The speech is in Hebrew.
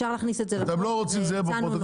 אתם לא רוצים שזה יהיה בחוק?